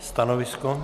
Stanovisko?